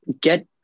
Get